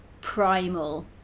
primal